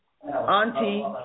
auntie